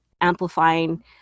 amplifying